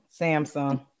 Samsung